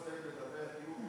חבר מועצת העיר,